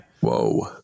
Whoa